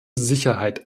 sicherheit